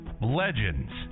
legends